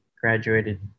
graduated